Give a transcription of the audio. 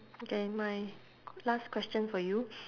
okay my last question for you